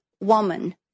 woman